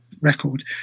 record